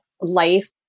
life